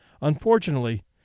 Unfortunately